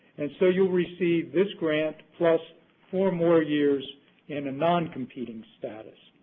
and so you'll receive this grant, plus four more years in a noncompeting status.